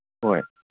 ꯍꯣꯏ